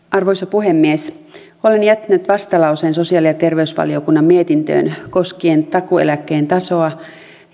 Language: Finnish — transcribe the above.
arvoisa puhemies olen jättänyt vastalauseen sosiaali ja terveysvaliokunnan mietintöön koskien takuueläkkeen tasoa